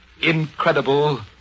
incredible